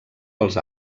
als